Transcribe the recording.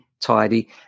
tidy